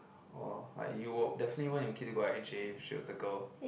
or like you will definitely want your kid to go i_j if she was a girl